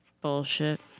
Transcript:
Bullshit